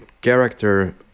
character